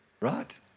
right